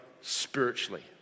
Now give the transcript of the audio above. spiritually